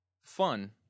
fun